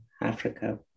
Africa